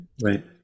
Right